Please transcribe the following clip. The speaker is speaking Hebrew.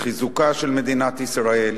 לחיזוקה של מדינת ישראל,